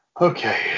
Okay